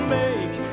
make